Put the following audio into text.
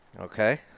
Okay